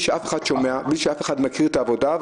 ששומעים אותנו ומבלי שמכירים את העבודה.